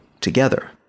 together